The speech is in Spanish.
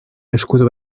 escudo